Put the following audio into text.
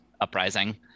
uprising